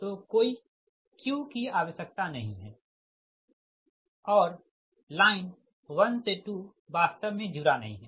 तो कोई Q की आवश्यकता नहीं है और लाइन 1 से 2 वास्तव में जुड़ा नहीं है